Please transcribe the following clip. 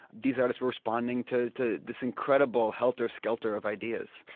these artists were responding to to this incredible helter-skelter of ideas.